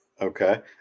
Okay